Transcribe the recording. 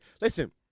Listen